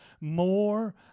more